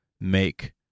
make